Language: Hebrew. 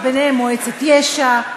ובהן מועצת יש"ע,